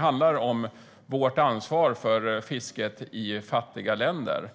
handlar om vårt ansvar för fisket i fattiga länder.